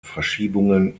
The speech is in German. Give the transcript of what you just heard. verschiebungen